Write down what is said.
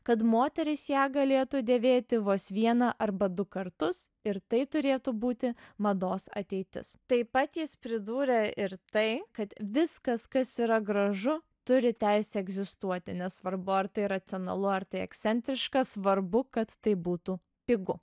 kad moterys ją galėtų dėvėti vos vieną arba du kartus ir tai turėtų būti mados ateitis taip pat jis pridūrė ir tai kad viskas kas yra gražu turi teisę egzistuoti nesvarbu ar tai racionalu ar tai ekscentriška svarbu kad tai būtų pigu